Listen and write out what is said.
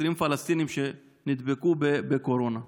אסירים פלסטינים שנדבקו בקורונה.